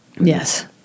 Yes